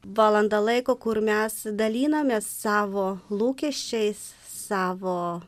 valanda laiko kur mes dalinomės savo lūkesčiais savo